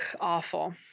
awful